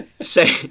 say